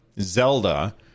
zelda